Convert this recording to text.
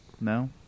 No